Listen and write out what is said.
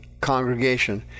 congregation